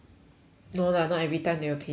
no lah not everytime they will pay fine ah